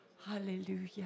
hallelujah